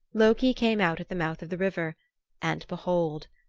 loki came out at the mouth of the river and behold!